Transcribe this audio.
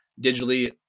digitally